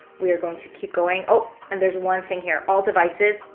we're going to keep going. and there's one thing here. all devices.